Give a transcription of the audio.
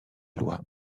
loi